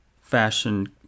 fashion